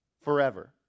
forever